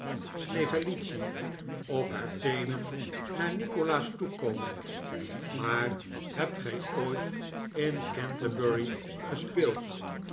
juffrouw snevellicci op haar teenen naar nikolaas toekomend maar hebt gij ooit in canterbury gespeeld